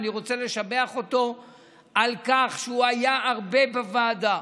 ואני רוצה לשבח אותו על כך שהוא היה הרבה בוועדה,